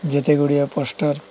ଯେତେ ଗୁଡ଼ିଏ ପୋଷ୍ଟର